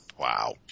Wow